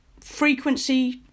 frequency